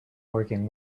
working